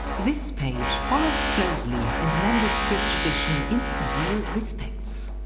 this page follows closely in the manuscript tradition in several respects.